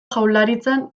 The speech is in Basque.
jaurlaritzan